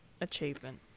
achievement